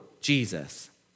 Jesus